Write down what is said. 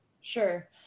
Sure